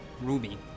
Ruby